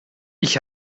ich